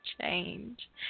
Change